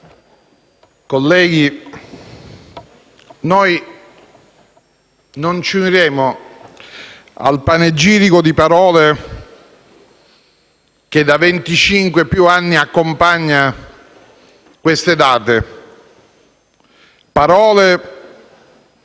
colleghi, noi non ci uniremo al panegirico di parole che da venticinque e più anni accompagna queste date, parole